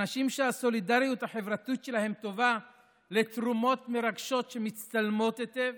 אנשים שהסולידריות החברתית שלהם טובה לתרומות מרגשות שמצטלמות היטב,